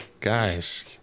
guys